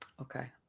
Okay